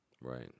right